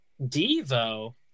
Devo